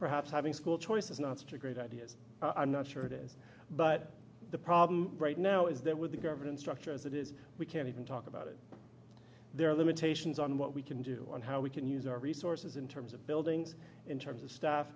perhaps having school choice of nots to great ideas i'm not sure it is but the problem right now is that with the government structure as it is we can't even talk about it there are limitations on what we can do and how we can use our resources in terms of building in terms of stuff